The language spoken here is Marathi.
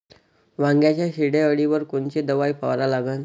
वांग्याच्या शेंडी अळीवर कोनची दवाई फवारा लागन?